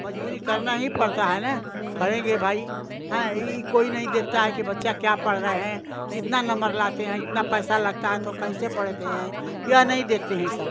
मजबूरी करना ही पड़ता है न करेंगे भाई हाँ इ कोई नहीं देखता है कि बच्चा क्या पढ़ रहें कितना नम्बर लाते हैं इतना पैसा लगता है तो कैसे पढ़ते हैं यह नहीं देखते हैं सब